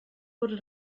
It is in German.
wurde